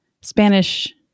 Spanish